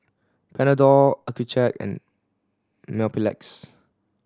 Panadol Accucheck and Mepilex